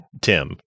Tim